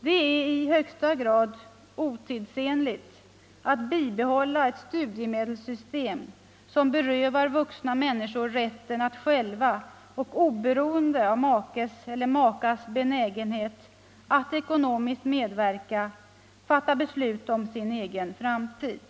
Det är i högsta grad otidsenligt att behålla ett studiemedelssystem som berövar vuxna människor rätten att själva och oberoende av makes eller makas benägenhet att ekonomiskt medverka fatta beslut om sin egen framtid.